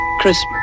Christmas